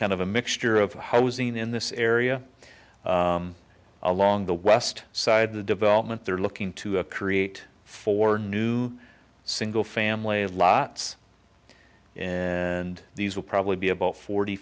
kind of a mixture of housing in this area along the west side the development they're looking to create for new single family lots and these will probably be about forty